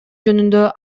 жөнүндө